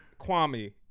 Kwame